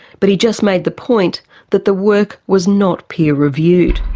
but he just made the point that the work was not peer reviewed.